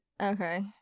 Okay